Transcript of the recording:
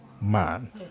man